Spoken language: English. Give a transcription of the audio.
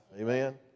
Amen